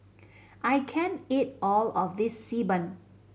I can't eat all of this Xi Ban